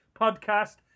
Podcast